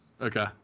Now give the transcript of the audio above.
Okay